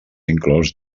inclòs